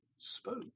spoke